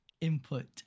input